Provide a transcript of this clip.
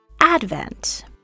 Advent